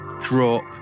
drop